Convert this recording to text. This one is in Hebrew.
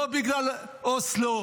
לא בגלל אוסלו,